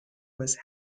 was